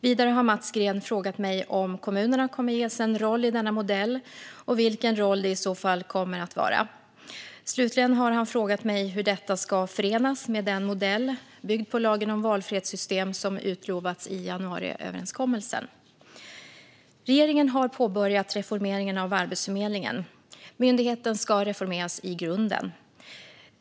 Vidare har Mats Green frågat mig om kommunerna kommer att ges en roll i denna modell och vilken roll det i så fall kommer att vara. Slutligen har han frågat mig hur detta ska förenas med den modell, byggd på lagen om valfrihetssystem, som utlovats i januariöverenskommelsen. Regeringen har påbörjat reformeringen av Arbetsförmedlingen. Myndigheten ska reformeras i grunden.